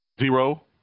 Zero